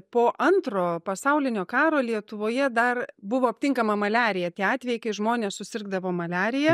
po antro pasaulinio karo lietuvoje dar buvo aptinkama maliarija tie atvejai kai žmonės susirgdavo maliarija